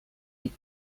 die